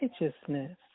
righteousness